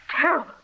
terrible